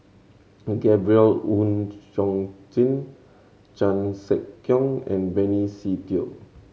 Gabriel Oon Chong Jin Chan Sek Keong and Benny Se Teo